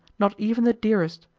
not even the dearest,